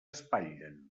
espatlen